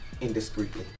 indiscreetly